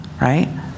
Right